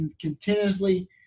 continuously